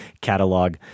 catalog